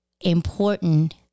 important